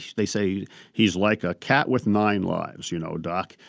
they say he's like a cat with nine lives. you know, doc,